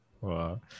Wow